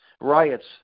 Riots